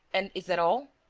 and is that all?